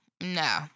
No